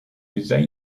les